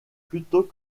plutôt